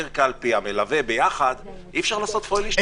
אי אפשר לעשות פוילע שטיקים,